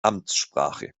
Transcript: amtssprache